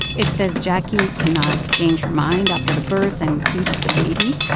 it says jacquie cannot change her mind after the birth and keep the baby.